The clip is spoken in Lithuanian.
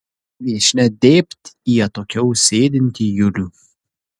viešnia dėbt į atokiau sėdintį julių